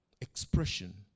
Expression